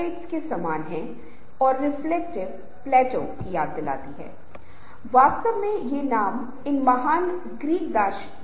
तो ज़ाहिर है यह काफी स्वाभाविक है कि कुछ संघर्ष भी आएंगे क्योंकि समूह समस्या के करीब पहुंचने के संभावित तरीकों के बारे में तर्क देता है और किसी प्रकार का समाधान खोजने लगता है